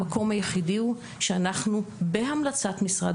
המקום היחידי הוא שאנחנו בהמלצת משרד